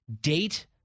date